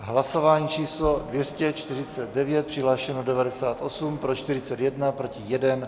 Hlasování číslo 249, přihlášeno 98, pro 41, proti 1.